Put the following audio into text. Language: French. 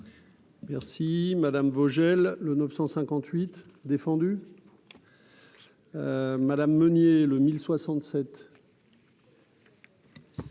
Merci madame Vogel le 958 défendu madame Meunier le 1067.